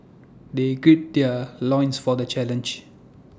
they gird their loins for the challenge